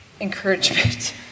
encouragement